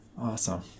Awesome